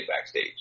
backstage